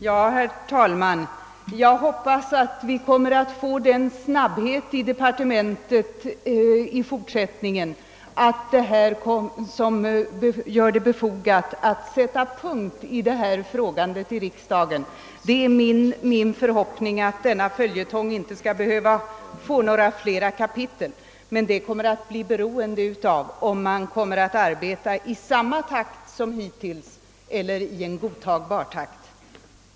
Herr talman! Jag hoppas att man i departementet i fortsättningen skall arbeta så snabbt att det blir befogat att sätta punkt för frågandet i riksdagen. Det är min förhoppning att denna följetong inte skall behöva få flera kapitel, men det blir beroende av om man kommer att arbeta i samma takt som hittills eller i en godtagbar takt. bindelser till vissa industriorter i Norrland